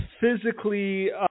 physically